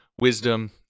wisdom